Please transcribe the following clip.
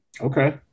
okay